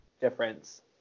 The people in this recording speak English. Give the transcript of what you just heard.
difference